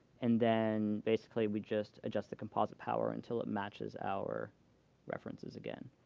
and then basically we just adjust the composite power until it matches our references again.